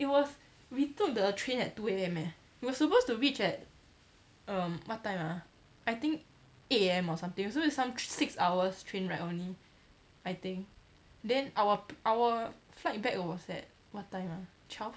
it was we took the train at two A_M eh we were supposed to reach at um what time ah I think eight A_M or something we supposed to some six hours train ride only I think then our our flight back was at what time ah twelve